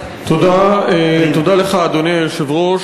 אדוני היושב-ראש,